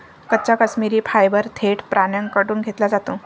कच्चा काश्मिरी फायबर थेट प्राण्यांकडून घेतला जातो